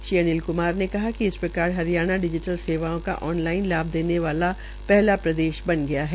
उन्होंने कहा कि इस प्रकार हरियाणा डिजीटल सेवाओं का ऑन लाइन लाभ देने वाला पहला प्रदेश बन गया है